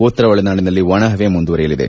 ಉತ್ತರ ಒಳನಾಡಿನಲ್ಲಿ ಒಣಪವೆ ಮುಂದುವರೆಯಲಿದೆ